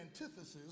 antithesis